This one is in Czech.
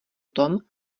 tom